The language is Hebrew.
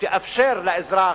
שתאפשר לאזרח,